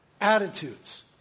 attitudes